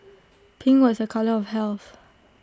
pink was A colour of health